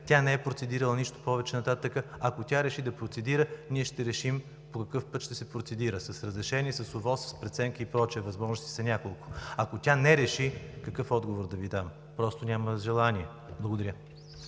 тя не е процедирала нищо повече нататък. Ако тя реши да процедира, ние ще решим по какъв път ще се процедира – с разрешение, с ОВОС, с преценка и прочие, възможностите са няколко. Ако тя не реши, какъв отговор да Ви дам? Просто няма желание. Благодаря.